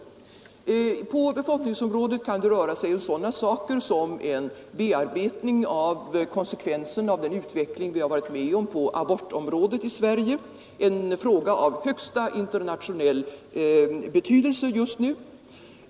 På befolkningsområdet kan det röra sig om sådana saker som en bearbetning av konsekvensen av den utveckling vi har varit med om på abortområdet här i Sverige, en fråga av största internationella betydelse just nu.